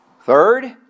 Third